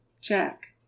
Jack